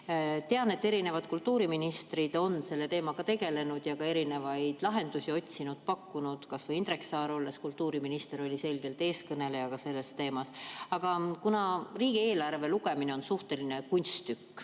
Tean, et mitu kultuuriministrit on selle teemaga tegelenud ning lahendusi otsinud ja pakkunud. Kas või Indrek Saar oli kultuuriministrina selgelt eestkõneleja sellel teemal. Aga kuna riigieelarve lugemine on suhteline kunsttükk,